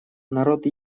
народ